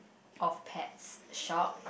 of pets shop